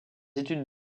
études